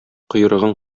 койрыгын